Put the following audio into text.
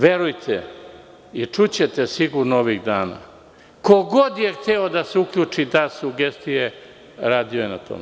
Verujte, čućete sigurno ovih dana, ko god je hteo da se uključi i da sugestije radio je na tome.